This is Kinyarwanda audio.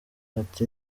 ati